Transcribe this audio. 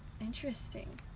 Interesting